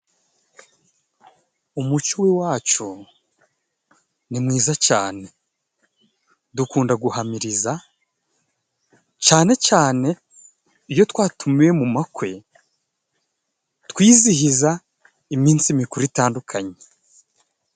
Umuco w'iwacu ni mwiza cyane. Dukunda guhamiriza ,cyane cyane iyo twatumiwe mu makwe twizihiza iminsi mikuru itandukanye.